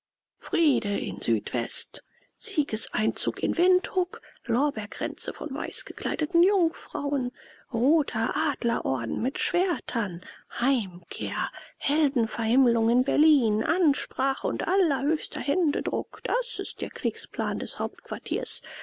friede in südwest siegeseinzug in windhuk lorbeerkränze von weiß gekleideten jungfrauen roter adlerorden mit schwertern heimkehr heldenverhimmelung in berlin ansprache und allerhöchster händedruck das ist der kriegsplan des hauptquartiers